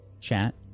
Chat